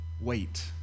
wait